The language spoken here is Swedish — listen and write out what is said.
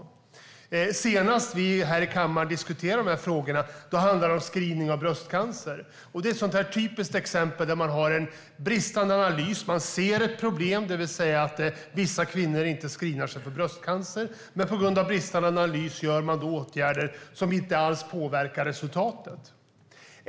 Senast vi i kammaren diskuterade frågorna handlade det om screening av bröstcancer. Det är ett typiskt exempel där det råder en bristande analys. Man ser ett problem, det vill säga att vissa kvinnor inte screenar sig för bröstcancer, men på grund av bristande analys vidtar man åtgärder som inte alls påverkar resultatet.